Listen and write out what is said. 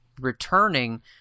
returning